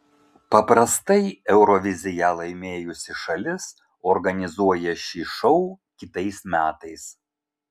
paprastai euroviziją laimėjusi šalis organizuoja šį šou kitais metais